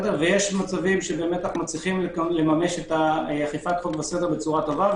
ויש מצבים שאנחנו מצליחים לממש את אכיפת החוק והסדר בצורה טובה,